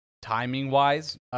Timing-wise